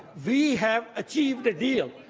we have achieved a deal.